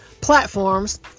platforms